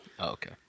Okay